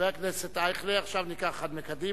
חבר הכנסת אייכלר, עכשיו ניקח אחד מקדימה.